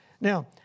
Now